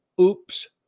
oops